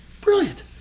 Brilliant